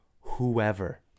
whoever